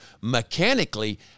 mechanically